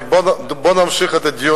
אז בוא נמשיך את הדיון.